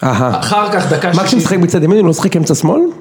אחר כך דקה. מה כשאני משחק בצד ימין, אני לא אשחק עם צד שמאל?